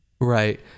Right